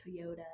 toyota